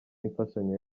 imfashanyo